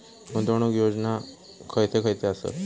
गुंतवणूक योजना खयचे खयचे आसत?